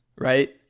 Right